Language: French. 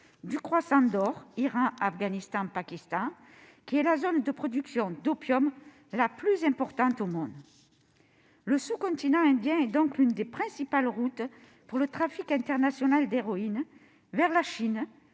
du croissant d'or- Iran, Afghanistan, Pakistan -, qui est la zone de production d'opium la plus importante au monde. Le sous-continent indien est donc l'une des principales routes pour le trafic international d'héroïne vers la Chine,